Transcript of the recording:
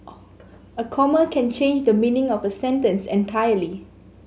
a comma can change the meaning of a sentence entirely